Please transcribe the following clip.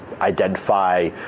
identify